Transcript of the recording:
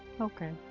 okay